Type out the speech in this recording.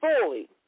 fully